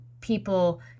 people